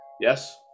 yes